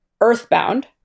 Earthbound